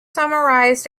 summarised